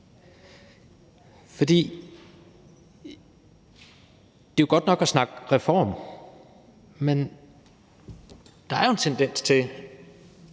for det er jo godt nok at snakke om reformer, men der er en tendens til,